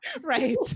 Right